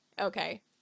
Okay